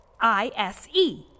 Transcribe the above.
I-S-E